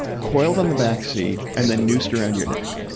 coil it on the back seat, and then noosed around your neck.